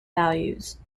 values